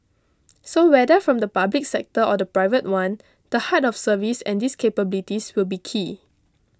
so whether from the public sector or the private one the heart of service and these capabilities will be key